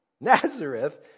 Nazareth